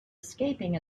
escaping